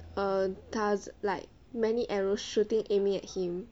err 他 like many arrows shooting aiming at him